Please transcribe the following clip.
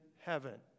heaven